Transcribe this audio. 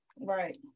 right